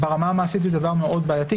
אני חושב שברמה המעשית זה דבר מאוד בעייתי,